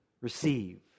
receive